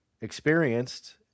experienced